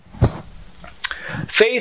Faith